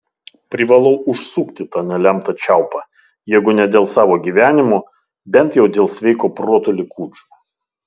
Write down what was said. privalau užsukti tą nelemtą čiaupą jeigu ne dėl savo gyvenimo bent jau dėl sveiko proto likučių